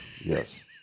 Yes